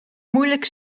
moeilijk